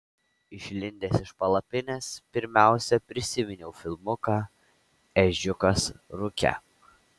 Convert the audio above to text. išlindęs iš palapinės pirmiausia prisiminiau filmuką ežiukas rūke